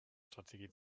strategie